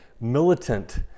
militant